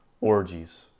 orgies